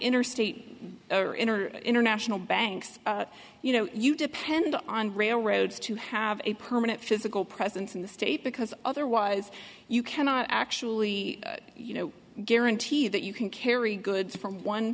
interstate or in or international banks you know you depend on railroads to have a permanent physical presence in the state because otherwise you cannot actually you know guarantee that you can carry goods from one